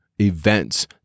events